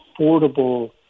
affordable